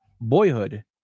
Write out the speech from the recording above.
Boyhood